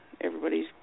everybody's